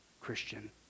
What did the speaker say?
Christian